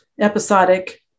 episodic